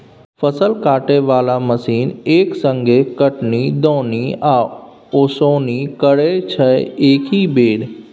फसल काटय बला मशीन एक संगे कटनी, दौनी आ ओसौनी करय छै एकहि बेर